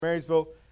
Marysville